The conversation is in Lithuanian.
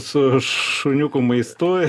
su šuniukų maistu